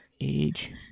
age